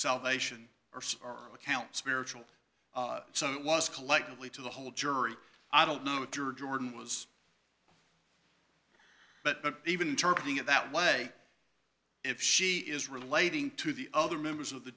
salvation or our account spiritual so it was collectively to the whole jury i don't know if your jordan was but even turning it that way if she is relating to the other members of the